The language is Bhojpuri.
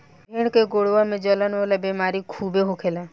भेड़ के गोड़वा में जलन वाला बेमारी खूबे होखेला